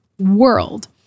world